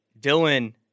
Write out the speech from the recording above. Dylan